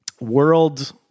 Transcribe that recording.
World